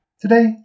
Today